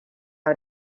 how